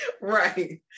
Right